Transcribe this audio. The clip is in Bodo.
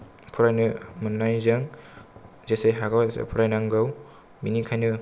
फरायनो मोन्नायजों जेसे हागौ एसे फरायनांगौ बिनिखायनो